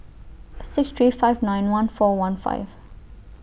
six three five nine one four one five